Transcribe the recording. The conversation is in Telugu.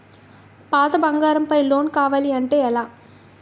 పాత బంగారం పై లోన్ కావాలి అంటే ఎలా?